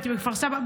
הייתי בכפר סבא,